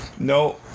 No